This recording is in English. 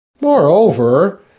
Moreover